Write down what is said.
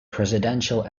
presidential